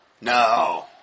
No